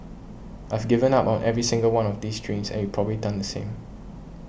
I've given up on every single one of these dreams and you've probably done the same